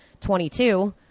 22